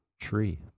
tree